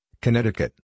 Connecticut